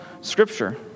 Scripture